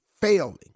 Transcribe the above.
failing